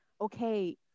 okay